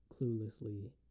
cluelessly